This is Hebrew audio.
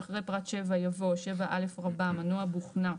אחרי פרט (7) יבוא: (7א) מנוע בוכנה.